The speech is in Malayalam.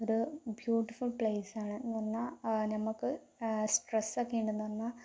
ഒരു ബ്യൂട്ടിഫുൾ പ്ലേസാണ് എന്ന് പറഞ്ഞാൽ ഞമ്മക്ക് ആ സ്ട്രെസ്സൊക്കെയുണ്ട് പറഞ്ഞാൽ